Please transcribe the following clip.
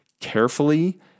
carefully